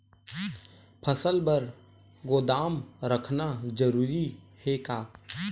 फसल बर गोदाम रखना जरूरी हे का?